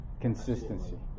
Consistency